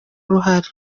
uruhare